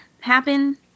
happen